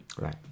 Right